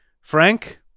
Frank